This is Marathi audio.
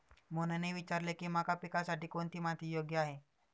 मोहनने विचारले की मका पिकासाठी कोणती माती योग्य आहे?